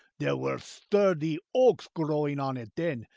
there were sturdy oaks growing on it then,